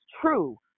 true